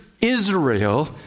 Israel